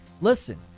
Listen